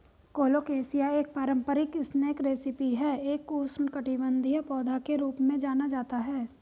colocasia एक पारंपरिक snack recipe है एक उष्णकटिबंधीय पौधा के रूप में जाना जाता है